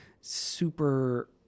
super